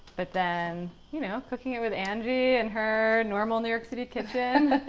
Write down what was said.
but then you know cooking it with angie and her normal new york city kitchen,